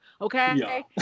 okay